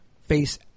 face